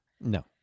no